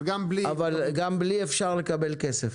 אבל גם בלי מאצ'ינג אפשר לקבל כסף.